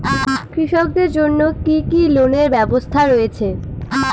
কৃষকদের জন্য কি কি লোনের ব্যবস্থা রয়েছে?